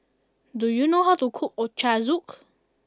do you know how to cook Ochazuke